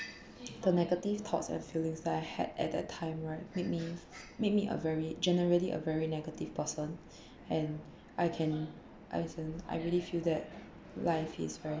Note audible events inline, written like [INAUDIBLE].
the negative thoughts and feelings that I had at that time right made me made me a very generally a very negative person and I [BREATH] can I was then I really feel that life is very